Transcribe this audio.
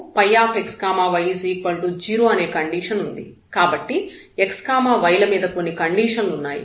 కాబట్టి x y ల మీద కొన్ని కండిషన్ లు ఉన్నాయి